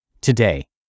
today